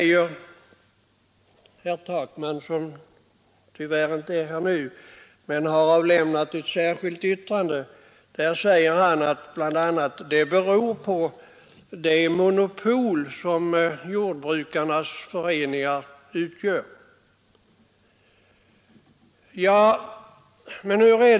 Herr Takman, som tyvärr inte är i kammaren nu, har avlämnat ett särskilt yttrande där han bl.a. säger att priserna beror på det monopol som jordbrukarnas föreningar innebär. Hur är det?